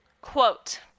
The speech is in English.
Quote